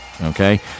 okay